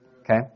Okay